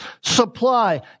supply